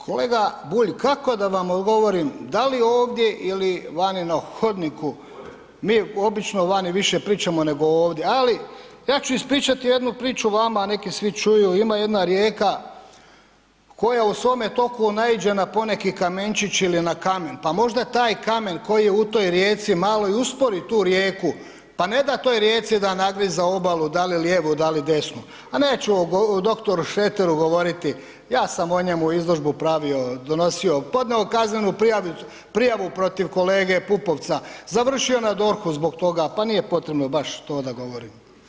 Kolega Bulj, kako da vam odgovorim, da li ovdje ili vani na hodniku, mi obično vani više pričamo nego ovdje ali ja ću ispričati jednu priču vama, nek je svi čuju, ima jedna rijeka koja u svome toku naiđe na poneki kamenčić ili na kamen pa možda taj kamen koji je u toj rijeci malo i uspori tu rijeku pa ne da toj rijeci da nagriza obalu da li lijevo, da li desno a neću o dr. Šreteru govoriti, ja sam o njemu izložbu pravio, donosio, podnio kaznenu prijavu protiv kolege Pupovca, završio na DORH-u zbog toga, pa nije potrebno baš to da govorim.